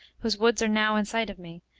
whose woods are now in sight of me,